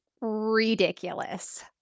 ridiculous